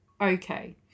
okay